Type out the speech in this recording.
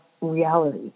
reality